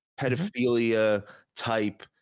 pedophilia-type